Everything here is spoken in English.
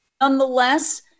Nonetheless